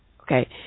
Okay